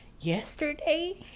yesterday